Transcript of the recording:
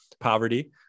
poverty